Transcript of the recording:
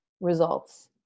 results